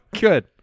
Good